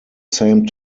same